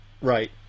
Right